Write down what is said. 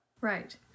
Right